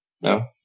no